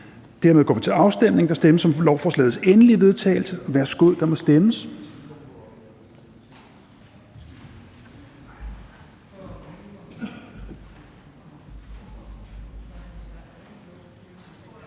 Helveg Petersen): Der stemmes om lovforslagets endelige vedtagelse, og der må stemmes.